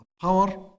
power